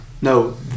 No